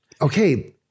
Okay